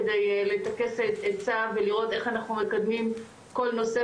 כדי לטכס עצה ולראות איך אנחנו מקדמים כל נושא,